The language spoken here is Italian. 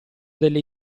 delle